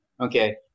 Okay